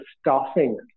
staffing